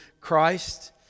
Christ